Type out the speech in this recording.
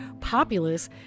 populace